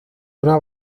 una